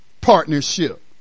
partnership